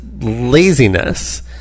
laziness